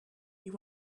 you